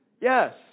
Yes